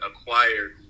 acquired